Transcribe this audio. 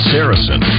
Saracen